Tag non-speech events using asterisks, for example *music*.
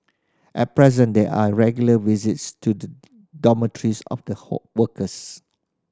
at present there are regular visits to the dormitories of the *unintelligible* workers